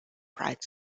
bright